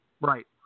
Right